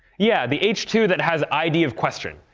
yeah, the h two that has id of question,